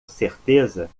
certeza